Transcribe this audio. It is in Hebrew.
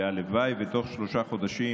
והלוואי שבתוך שלושה חודשים,